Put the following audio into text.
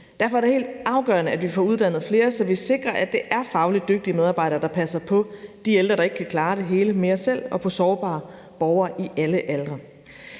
Derfor er det helt afgørende, at vi får uddannet flere, så vi sikrer, at det er fagligt dygtige medarbejdere, der passer på de ældre, der ikke kan klare det hele mere selv, og på sårbare borgere i alle aldre.